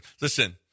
Listen